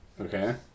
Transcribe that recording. okay